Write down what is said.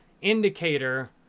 indicator